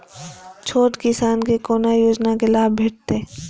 छोट किसान के कोना योजना के लाभ भेटते?